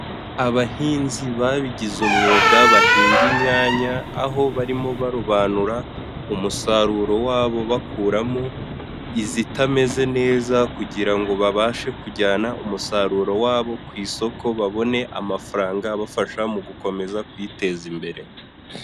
Abahinzi babigize umwuga bahinga inyanya, aho barimo barobanura umusaruro wabo bakuramo izitameze neza kugira ngo babashe kujyana umusaruro wabo ku isoko babone amafaranga abafasha mu gukomeza kwiteza imbere.